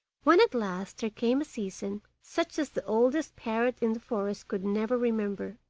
when at last there came a season such as the oldest parrot in the forest could never remember.